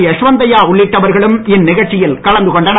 யஷ்வந்தையா உள்ளிட்டவர்களும் இந்நிகழ்ச்சியில் கலந்து கொண்டனர்